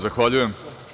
Zahvaljujem.